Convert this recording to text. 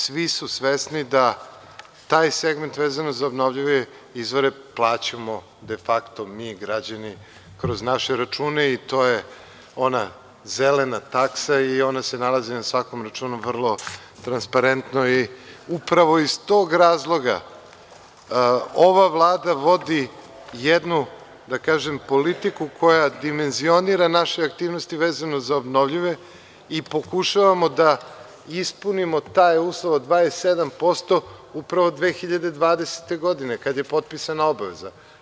Svi su svesni da taj segment, vezano za obnovljive izvore plaćamo de fakto, mi građani, kroz naše račune i to je ona zelena taksa i ona se nalazi na svakom računu vrlo transparentno i upravo iz tog razloga ova Vlada vodi jednu, da kažem, politiku koja dimenzionira naše aktivnosti vezano za obnovljive i pokušavamo da ispunimo taj uslov od 27% upravo 2020. godine, kada je potpisana obaveza.